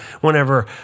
whenever